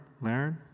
Laird